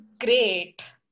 great